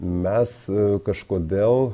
mes kažkodėl